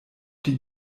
die